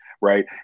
right